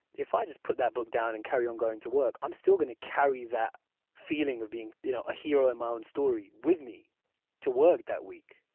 if i just put that book down and carry on going to work i'm still going to carry that feeling of being you know a hero in my own story with me to work that week.